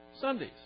Sundays